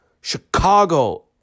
Chicago